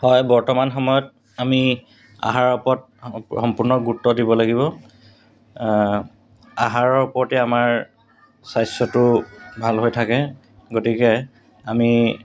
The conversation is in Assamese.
হয় বৰ্তমান সময়ত আমি আহাৰৰ ওপৰত সম্পূৰ্ণ গুৰুত্ব দিব লাগিব আহাৰৰ ওপৰতে আমাৰ স্বাস্থ্যটো ভাল হৈ থাকে গতিকে আমি